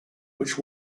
which